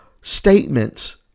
statements